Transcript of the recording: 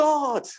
God